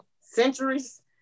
Centuries